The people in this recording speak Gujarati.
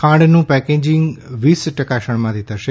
ખાંડનું પેકેજિંગ વીસ ટકા શણમાંથી થશે